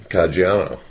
Caggiano